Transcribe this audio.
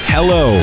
Hello